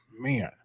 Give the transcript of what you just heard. Man